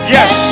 Yes